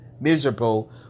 miserable